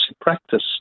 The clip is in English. practice